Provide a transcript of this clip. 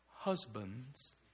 Husbands